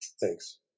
Thanks